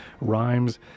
rhymes